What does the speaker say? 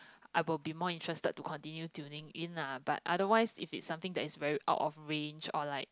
I'll be more interested to continue tuning in lah but otherwise if it something that is out of range or like